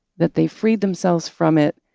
that they freed themselves from it,